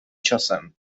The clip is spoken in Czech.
časem